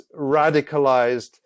radicalized